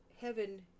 heaven